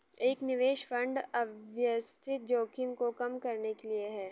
एक निवेश फंड अव्यवस्थित जोखिम को कम करने के लिए है